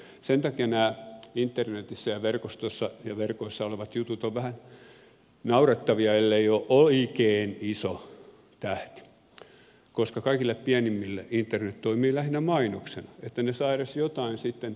sen takia nämä internetissä ja verkostossa ja verkoissa olevat jutut ovat vähän naurettavia ellei ole oikein iso tähti koska kaikille pienimmille internet toimii lähinnä mainoksena että ne saavat edes jotain sitten